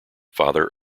father